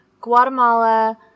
Guatemala